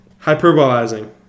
hyperbolizing